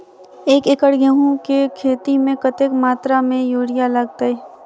एक एकड़ गेंहूँ केँ खेती मे कतेक मात्रा मे यूरिया लागतै?